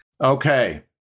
Okay